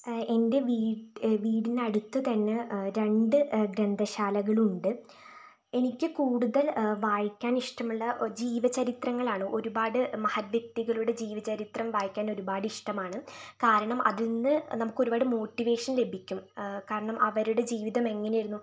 എൻ്റെ വീടിന് അടുത്തു തന്നെ രണ്ട് ഗ്രന്ഥശാലകൾ ഉണ്ട് എനിക്ക് കൂടുതൽ വായിക്കാൻ ഇഷ്ടമുള്ള ജീവചരിത്രങ്ങളാണ് ഒരുപാട് മഹത് വ്യക്തികളുടെ ജീവചരിത്രം വായിക്കാൻ ഒരുപാട് ഇഷ്ടമാണ് കാരണം അതിൽ നിന്ന് നമുക്ക് ഒരുപാട് മോട്ടിവേഷൻ ലഭിക്കും കാരണം അവരുടെ ജീവിതം എങ്ങനെ ആയിരുന്നു